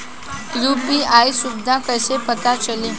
UPI सुबिधा कइसे पता चली?